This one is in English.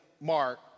Mark